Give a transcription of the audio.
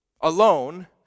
Alone